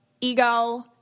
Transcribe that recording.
ego